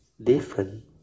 different